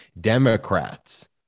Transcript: Democrats